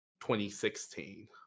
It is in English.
2016